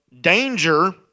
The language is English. danger